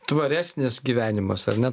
tvaresnis gyvenimas ar ne